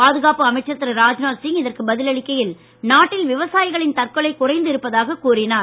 பாதுகாப்பு அமைச்சர் திரு ராஜ்நாத் சிங் இதற்கு பதில் அளிக்கையில் நாட்டில் விவசாயிகளின் தற்கொலை குறைந்து இருப்பதாகக் கூறினார்